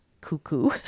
cuckoo